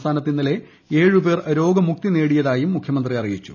സംസ്ഥാനത്ത് ഇന്നലെ ഏഴ് പേർ രോഗമുക്തി നേടിയതായും മുഖ്യമന്ത്രി പറഞ്ഞു